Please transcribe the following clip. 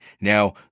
Now